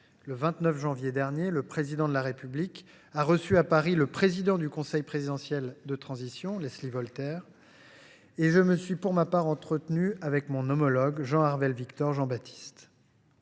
le 29 janvier dernier, le Président de la République a reçu à Paris le président du Conseil présidentiel de transition, Leslie Voltaire ; je me suis pour ma part entretenu avec mon homologue, Jean Victor Harvel Jean Baptiste.